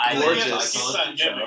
gorgeous